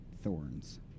Thorns